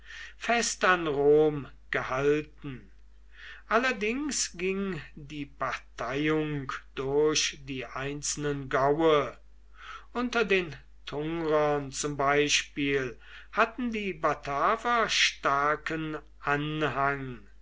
fest an rom gehalten allerdings ging die parteiung durch die einzelnen gaue unter den tungrern zum beispiel hatten die bataver starken anhang